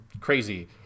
crazy